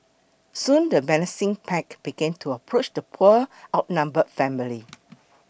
soon the menacing pack began to approach the poor outnumbered family